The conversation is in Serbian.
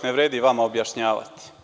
Ne vredi vama objašnjavati.